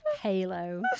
halo